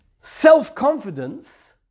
self-confidence